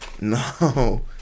No